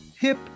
hip